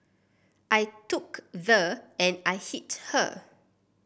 I took the and I hit her